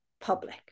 public